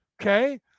okay